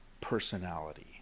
personality